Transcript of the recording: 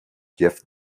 jeff